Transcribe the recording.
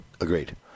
Agreed